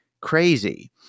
crazy